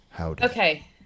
Okay